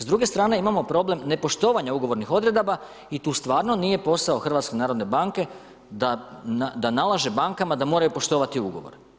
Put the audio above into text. S druge strane imamo problem nepoštovanja ugovornih odredaba i tu stvarno nije posao HNB-a da nalaže bankama da moraju poštovati ugovor.